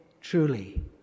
truly